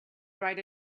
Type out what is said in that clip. write